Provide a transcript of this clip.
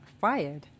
fired